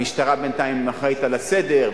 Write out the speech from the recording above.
המשטרה בינתיים אחראית לסדר,